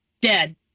dead